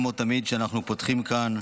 כמו תמיד כשאנחנו פותחים כאן,